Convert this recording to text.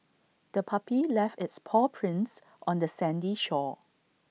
the puppy left its paw prints on the sandy shore